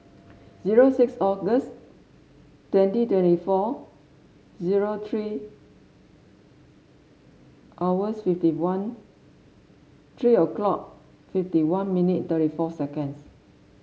zero six August twenty twenty four zero three hours fifty one three o'clock fifty one minute thirty four seconds